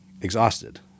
exhausted